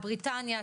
בריטניה,